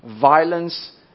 violence